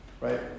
right